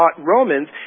Romans